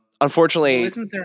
unfortunately